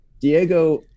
Diego